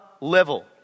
level